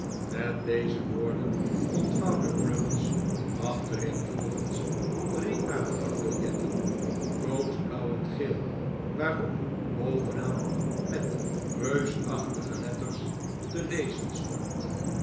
met deze woorden ontvouwde crummies achtereenvolgens drie aanplakbiljetten rood blauw en geel waarop bovenaan met reusachtige letters te lezen stond